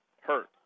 hurt